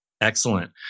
Excellent